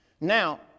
Now